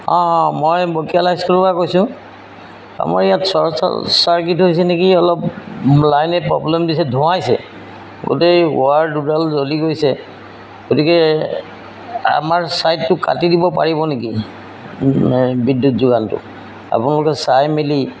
অঁ মই বকিয়াল হাইস্কুলৰ পৰা কৈছোঁ আমাৰ ইয়াত চৰ্ট চাৰ্কিট হৈছে নেকি অলপ লাইনে প্ৰব্লেম দিছে ধোঁৱাইছে গোটেই ৱাৰ দুডাল জ্বলি গৈছে গতিকে আমাৰ ছাইডটো কাটি দিব পাৰিব নেকি বিদ্যুৎ যোগানটো আপোনালোকে চাই মেলি